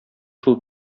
шул